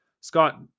Scott